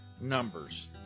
numbers